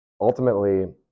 ultimately